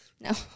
no